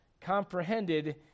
comprehended